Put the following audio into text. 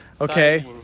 Okay